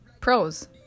Pros